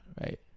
right